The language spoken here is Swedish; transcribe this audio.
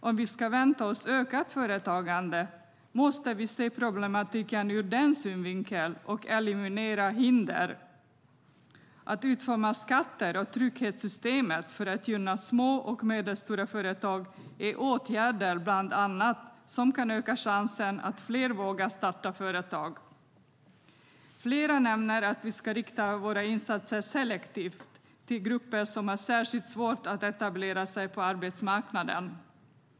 Om vi ska vänta oss ett ökat företagande måste vi se problematiken ur den synvinkeln och eliminera hinder. Att utforma skatter och trygghetssystemet för att gynna små och medelstora företag är åtgärder som kan öka chansen att fler vågar starta företag. Flera nämner att vi ska rikta våra insatser selektivt till grupper som har särskilt svårt att etablera sig på arbetsmarknaden.